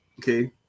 okay